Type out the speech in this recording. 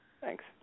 Thanks